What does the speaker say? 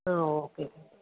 ആ ഓക്കെ